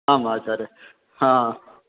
आम् आचार्य हां